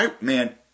man